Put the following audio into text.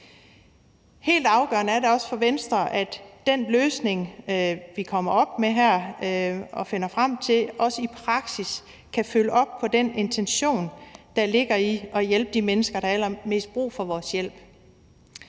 Helt afgørende er det også for Venstre, at den løsning, vi kommer op med her og finder frem til, også i praksis kan følge op på den intention, der ligger i at hjælpe de mennesker, der har allermest brug for vores hjælp,